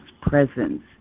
presence